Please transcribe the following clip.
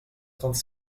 trente